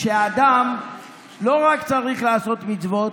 שהאדם לא רק צריך לעשות מצוות,